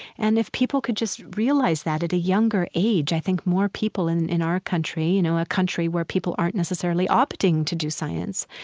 and if people could just realize that at a younger age, i think more people in in our country, you know, a country where people aren't necessarily opting to do science,